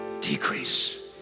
decrease